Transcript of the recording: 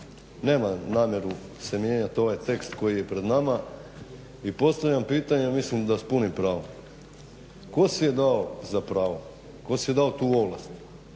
nema namjeru se mijenjati ovaj tekst koji je pred nama. Postavljam pitanje mislim da s punim pravom, tko si je dao za pravo, tko si je dao tu ovlast